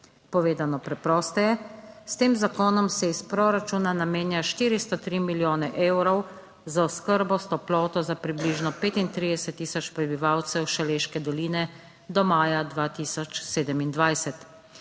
Povedano preprosteje, s tem zakonom se iz proračuna namenja 403 milijone evrov za oskrbo s toploto za približno 35000 prebivalcev Šaleške doline do maja 2027,